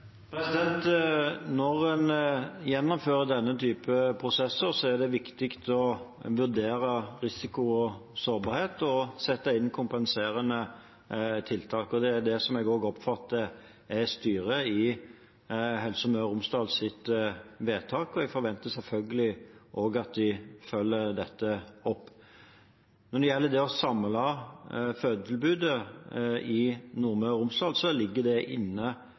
Når en gjennomfører denne type prosesser, er det viktig å vurdere risiko og sårbarhet og sette inn kompenserende tiltak. Det er det jeg oppfatter at er styret i Helse Møre og Romsdals vedtak, og jeg forventer selvfølgelig at de følger dette opp. Når det gjelder det å samle fødetilbudet i Nordmøre og Romsdal, ligger det inne